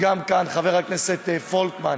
חבר הכנסת פולקמן